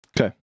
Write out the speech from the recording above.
Okay